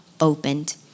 opened